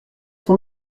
son